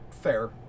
fair